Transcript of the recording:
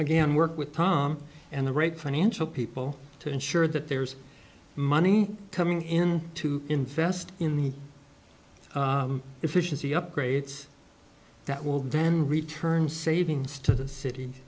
again work with tom and the rate financial people to ensure that there's money coming in to invest in the efficiency upgrades that will then return savings to the city